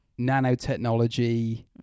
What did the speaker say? nanotechnology